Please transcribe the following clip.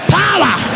power